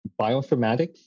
bioinformatics